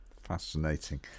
Fascinating